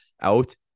out